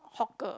hawker